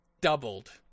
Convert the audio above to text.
doubled